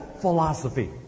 philosophy